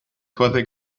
further